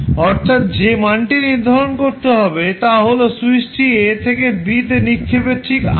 অর্থাৎ যে মানটি নির্ধারণ করতে হবে তা হল সুইচটি a থেকে b তে নিক্ষেপের ঠিক আগে